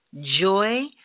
joy